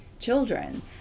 children